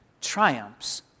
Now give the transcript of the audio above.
triumphs